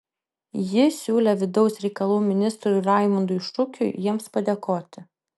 ji siūlė vidaus reikalų ministrui raimundui šukiui jiems padėkoti